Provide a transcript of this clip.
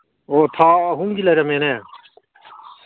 ꯑꯣ ꯊꯥ ꯑꯍꯨꯝꯒꯤ ꯂꯩꯔꯝꯃꯦꯅꯦ